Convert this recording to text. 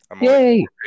yay